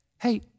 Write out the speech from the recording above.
hey